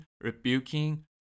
rebuking